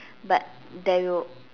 but there will